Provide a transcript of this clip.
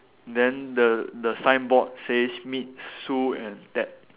then the the signboard says meet Sue and Ted